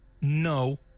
No